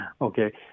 okay